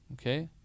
Okay